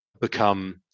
become